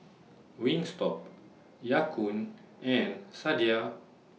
Wingstop Ya Kun and Sadia